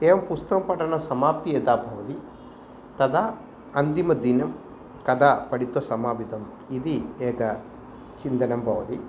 एवं पुस्तकपठनं समाप्तिः यदा भवति तदा अन्तिमदिनं कदा पठित्वा समापितम् इति एकं चिन्तनं भवति